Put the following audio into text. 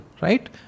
right